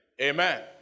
Amen